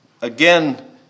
again